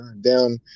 down